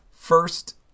First